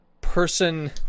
person